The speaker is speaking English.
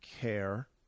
care